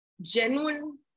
genuine